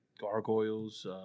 Gargoyles